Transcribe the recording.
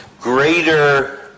greater